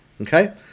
Okay